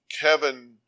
Kevin